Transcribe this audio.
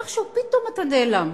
איכשהו פתאום אתה נעלם.